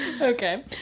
okay